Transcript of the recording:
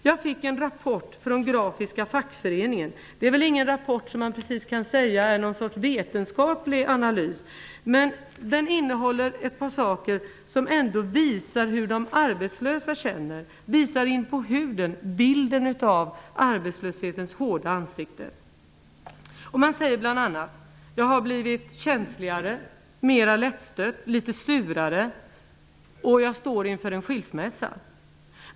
Jag fick en rapport från Grafiska fackföreningen. Man kan inte precis säga att det är någon sorts vetenskaplig analys, men den innehåller ett par saker som ändå visar hur de arbetslösa känner. Den visar in på huden bilden av arbetslöshetens hårda ansikte. De arbetslösa medlemmarna säger bl.a.: Jag har blivit känsligare, mera lättstött, litet surare. Jag står inför en skilsmässa.